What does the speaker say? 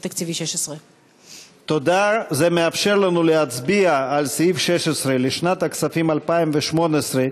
16. אנחנו נצביע כרגע על סעיף 16 לשנת הכספים 2017,